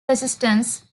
resistance